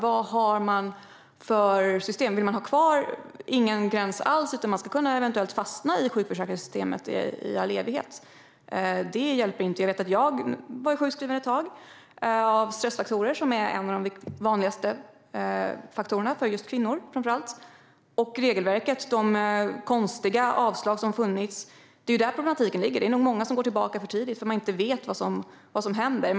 Vad vill man ha för system? Vill man ha kvar ingen gräns alls, så att människor eventuellt kan fastna i sjukförsäkringssystemet i all evighet? Det hjälper ju inte. Jag var sjukskriven ett tag på grund av stressfaktorer. Det är en av de vanliga faktorerna för just sjukskrivna kvinnor. Problematiken ligger i de konstiga avslag som har gjorts och i regelverket. Det är nog många som går tillbaka till arbetet för tidigt därför att man inte vet vad som händer.